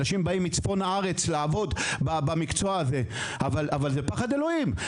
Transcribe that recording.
אנשים באים מצפון הארץ לעבוד במקצוע הזה אבל זה פחד אלוהים.